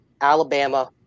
Alabama